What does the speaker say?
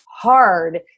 hard